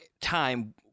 time